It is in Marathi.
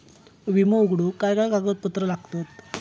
विमो उघडूक काय काय कागदपत्र लागतत?